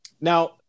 now